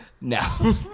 No